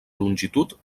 longitud